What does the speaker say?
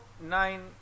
nine